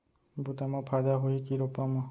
बुता म फायदा होही की रोपा म?